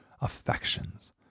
affections